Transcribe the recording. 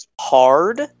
hard